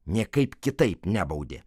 niekaip kitaip nebaudė